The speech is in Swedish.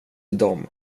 dem